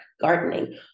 gardening